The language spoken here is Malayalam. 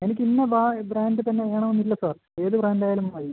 എനിക്ക് ഇന്ന ബ ബ്രാൻറ്റ് തന്നെ വേണമെന്നില്ല സാർ ഏത് ബ്രാൻറ്റായാലും മതി